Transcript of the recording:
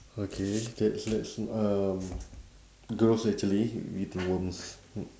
okay that's that's um gross actually eating worms